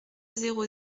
zéro